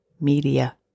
media